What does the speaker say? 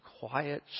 quiet